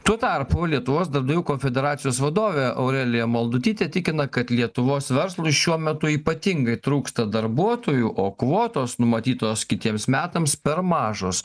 tuo tarpu lietuvos darbdavių konfederacijos vadovė aurelija maldutytė tikina kad lietuvos verslui šiuo metu ypatingai trūksta darbuotojų o kvotos numatytos kitiems metams per mažos